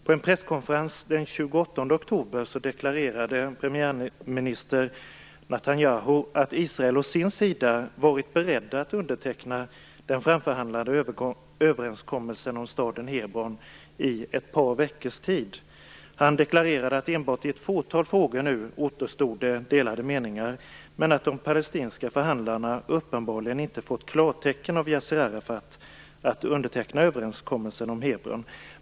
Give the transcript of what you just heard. På en presskonferens den 28 oktober deklarerade premiärminister Netanyahu att Israel å sin sida varit berett att underteckna den framförhandlade överenskommelsen om staden Hebron i ett par veckors tid. Han deklarerade att det nu enbart i ett fåtal frågor återstod delade meningar, men att de palestinska förhandlarna uppenbarligen inte fått klartecken av Yassir Arafat att underteckna överenskommelsen om Hebron.